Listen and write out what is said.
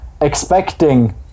expecting